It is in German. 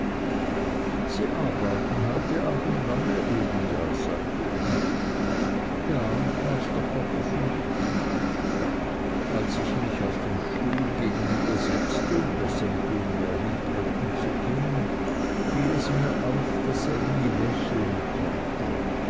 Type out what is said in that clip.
sie arbeiten heute abend lange uriah sagte ich ja master copperfield als ich mich auf den stuhl gegenübersetzte um besser mit uriah heep reden zu können fiel es mir auf daß er nie lächeln konnte